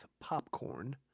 Popcorn